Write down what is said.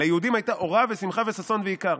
"'ליהודים היתה אורה ושמחה וששון ויקר'.